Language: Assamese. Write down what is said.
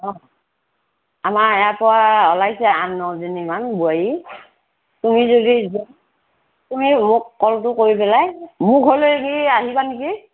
অ আমাৰ ইয়াৰ পৰা ওলাইছে আঠ নজনীমান বোৱাৰী তুমি যদি যোৱা তুমি মোক ক'লটো কৰি পেলাই মোৰ ঘৰলৈ আহিবা নিকি